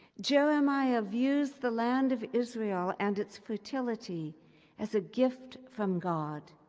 jeremiah views the land of israel and its fertility as a gift from god,